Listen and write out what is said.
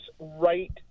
right